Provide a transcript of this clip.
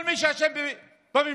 כל מי שיושב בממשלה.